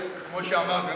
כמו שאמרת,